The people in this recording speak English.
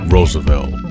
Roosevelt